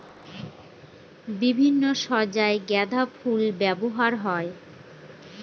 বিভিন্ন সজ্জায় গাঁদা ফুল ব্যবহার হয়